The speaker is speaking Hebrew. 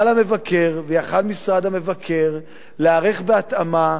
היה יכול המבקר והיה יכול משרד המבקר להיערך בהתאמה,